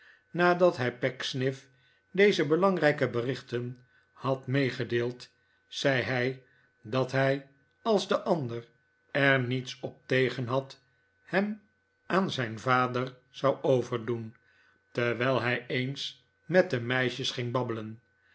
nadat hij pecksniff deze belangrijke berichten had meegedeeld zei hij dat hij als de ander er niets op tegen had hem aan zijn vader zou overdoen terwijl hij eens met de meisjes ging babbelen